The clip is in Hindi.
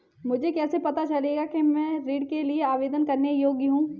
मुझे कैसे पता चलेगा कि मैं ऋण के लिए आवेदन करने के योग्य हूँ?